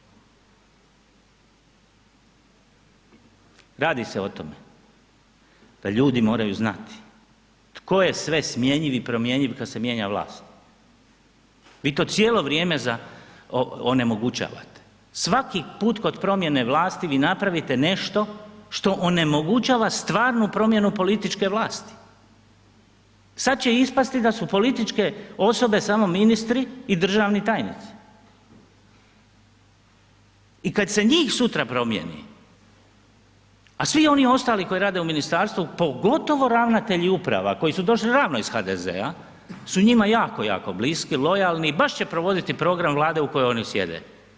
Radi se o tome da ljudi moraju znati tko je sve smjenjiv i promjenjiv kad se mijenja vlast, vi to cijelo vrijeme onemogućavate, svaki put kod promijene vlasti vi napravite nešto što onemogućava stvarnu promjenu političke vlasti, sad će ispasti da su političke osobe samo ministri i državni tajnici i kad se njih sutra promijeni, a svi oni ostali koji rade u ministarstvu, pogotovo ravnatelji uprava koji su došli ravno iz HDZ-a su njima jako, jako bliski, lojalni i baš će provoditi program Vlade u kojoj oni sjede.